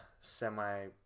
semi